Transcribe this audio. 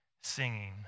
singing